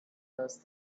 those